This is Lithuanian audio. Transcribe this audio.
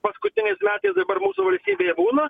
paskutiniais metais dabar mūsų valstybėje būna